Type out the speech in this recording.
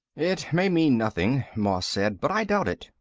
it may mean nothing, moss said, but i doubt it.